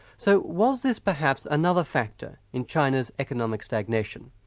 so was this perhaps another factor in china's economic stagnation?